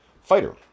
fighter